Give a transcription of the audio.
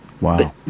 Wow